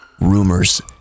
Rumors